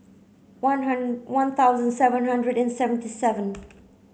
one one thousand seven hundred and seventy seven